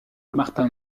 martin